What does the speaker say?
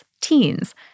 teens